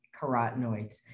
carotenoids